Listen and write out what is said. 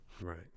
right